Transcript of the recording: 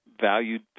valued